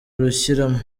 rushyiramo